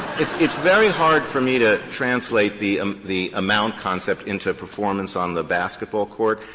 it's it's very hard for me to translate the um the amount concept into performance on the basketball court,